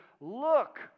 look